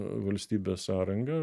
valstybės sąranga